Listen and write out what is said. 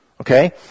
Okay